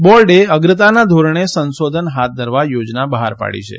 બોર્ડે અગ્રતાના દોરણે સંશોધન હાથ ધરવા યોજના બહાર પાડી છે